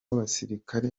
abasirikare